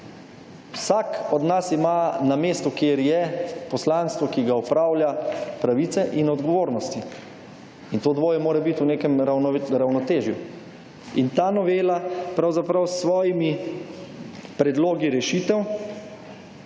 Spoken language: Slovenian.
Vsak od nas ima na mestu, kjer je, poslanstvu, ki ga opravlja, pravice in odgovornosti. In to dvoje mora biti v nekem ravnotežju. In ta novela pravzaprav s svojimi predlogi rešitev